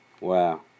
Wow